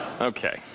Okay